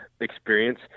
experience